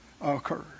occurred